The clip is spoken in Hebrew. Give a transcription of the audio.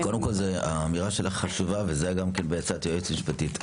האמירה שלך חשובה וזה בעצת היועצת המשפטית.